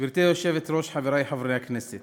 גברתי היושבת-ראש, חברי חברי הכנסת,